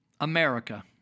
America